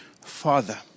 Father